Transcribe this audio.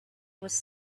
was